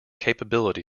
capability